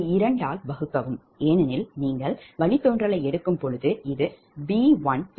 இதை 2 ஆல் வகுக்கவும் ஏனெனில் நீங்கள் வழித்தோன்றலை எடுக்கும்போது இது b12d1 ஆகும்